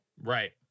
Right